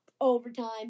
overtime